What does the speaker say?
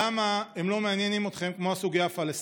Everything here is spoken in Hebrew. למה הם לא מעניינים אתכם כמו הסוגיה הפלסטינית?